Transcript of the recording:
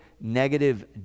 negative